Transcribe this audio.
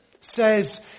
says